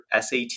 SAT